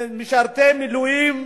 משרתי מילואים,